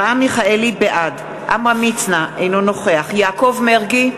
בעד עמרם מצנע, אינו נוכח יעקב מרגי,